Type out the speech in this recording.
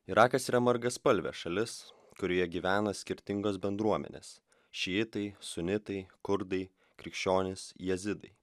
irakas yra margaspalvė šalis kurioje gyvena skirtingos bendruomenės šiitai sunitai kurdai krikščionys jazidai